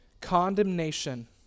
condemnation